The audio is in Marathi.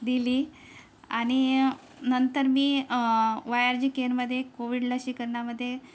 दिली आणि नंतर मी वाय आर जी केअरमध्ये कोविड लसीकरणामध्ये